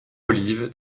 olive